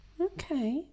Okay